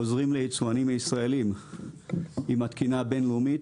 עוזרים ליצואנים הישראלים עם התקינה הבינלאומית